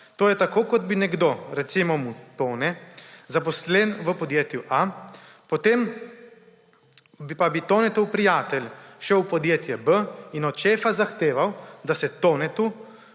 To je tako kot bi nekdo, recimo mu Tone, zaposlen v podjetju A, potem pa bi Tonetov prijatelj šel v podjetje B in od šefa zahteval, da Tonetu